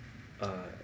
uh